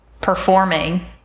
performing